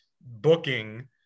booking